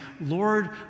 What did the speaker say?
Lord